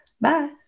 bye